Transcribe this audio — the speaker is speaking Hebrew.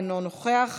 אינו נוכח,